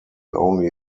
only